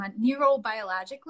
neurobiologically